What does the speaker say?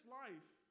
life